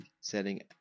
setting